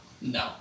No